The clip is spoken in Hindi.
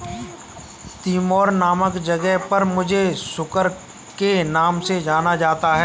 तिमोर नामक जगह पर इसे सुकर के नाम से जाना जाता है